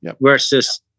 versus